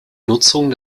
nutzung